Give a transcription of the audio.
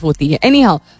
Anyhow